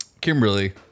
Kimberly